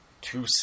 two